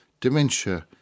dementia